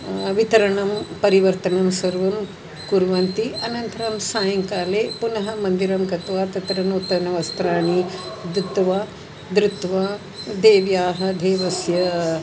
वितरणं परिवर्तनं सर्वं कुर्वन्ति अनन्तरं सायङ्काले पुनः मन्दिरं गत्वा तत्र नूतनवस्त्राणि धृत्वा धृत्वा देव्याः देवस्य